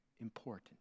important